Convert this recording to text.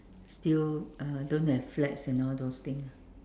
still uh don't have flats and all those things